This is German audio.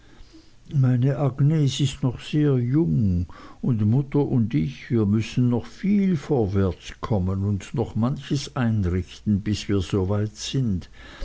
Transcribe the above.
meine agnes ist noch sehr jung und mutter und ich mir müssen noch viel vorwärtskommen und noch manches einrichten bis mir soweit sin